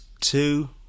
two